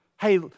Hey